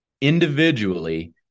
individually